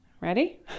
Ready